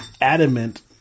adamant